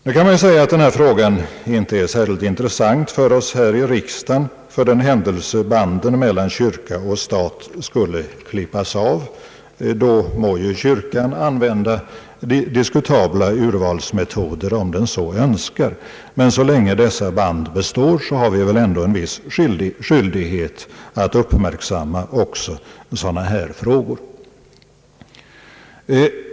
Nu kan man säga att denna fråga inte är särskilt intressant för oss här i riksdagen för den händelse banden mellan kyrkan och staten skulle klippas av. Då må ju kyrkan använda diskutabla urvalsmetoder, om den så önskar, men så länge dessa band består har vi väl ändå en viss skyldighet att uppmärksamma också sådana här frågor.